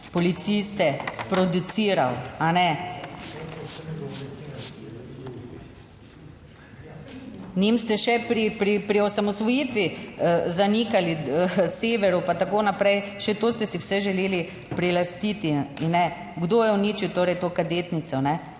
policiste produciral, a ne? Njim ste še pri osamosvojitvi zanikali severu pa tako naprej, še to ste si vse želeli prilastiti. Kdo je uničil torej to kadetnico